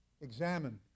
examine